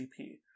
CP